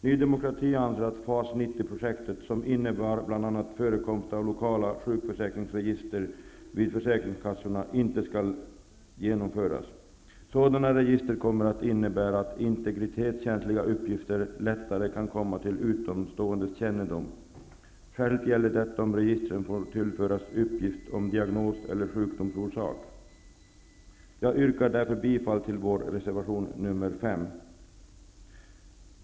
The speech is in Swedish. Ny demokrati anser att FAS 90-projektet, som innebär bl.a. förekomst av lokala sjukförsäkringsregister vid försäkringskassorna, inte bör genomföras. Sådana register kommer att innebära att integritetskänsliga uppgifter lättare kan komma till utomståendes kännedom. Särskilt gäller detta om registren får tillföras uppgift om diagnos eller sjukdomsorsak. Jag yrkar därför bifall till vår reservation 5.